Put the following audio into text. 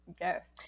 Yes